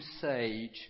sage